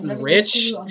rich